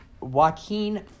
Joaquin